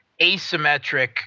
asymmetric